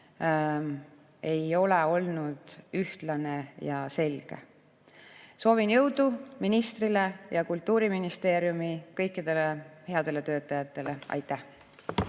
ei ole olnud ühtlane ja selge. Soovin jõudu ministrile ja Kultuuriministeeriumi kõikidele headele töötajatele! Aitäh!